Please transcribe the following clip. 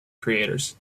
creators